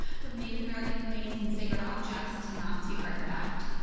from native american remains and sacred objects to nazi art theft.